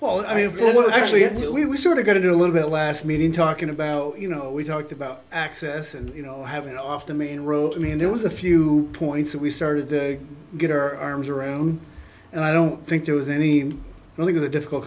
well i mean because we have to we we sort of got to do a little bit last meeting talking about you know we talked about access and you know having off the main road i mean there was a few points that we started to get her arms around and i don't think there was any really difficult